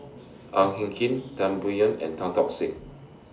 Ang Hin Kee Tan Biyun and Tan Tock Seng